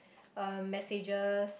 uh messages